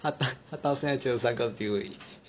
他他到现在只有三个 viewer 而已